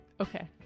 Okay